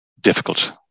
difficult